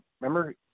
Remember –